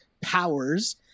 powers